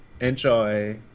Enjoy